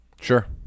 Sure